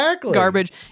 garbage